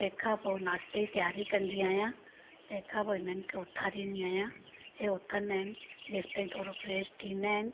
तंहिंखां पोइ नाश्ते तयारी कंदी आहियां तंहिंखां पोइ इन्हनि खे उथारींदी आहियां ए उथंदा आहिनि जेसि तईं थोरो फ्रेश थींदा आहिनि